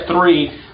three